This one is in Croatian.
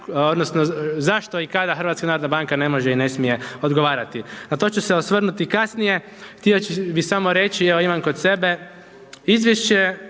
odnosno zašto i kada HNB ne može i ne smije odgovarati, na to ću se osvrnuti kasnije. Htio bi samo reći evo imam kod sebe izvješće